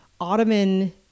Ottoman